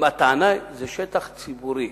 הטענה שזה שטח ציבורי.